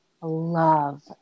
love